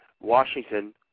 Washington